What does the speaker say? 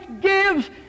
gives